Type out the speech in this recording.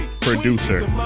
producer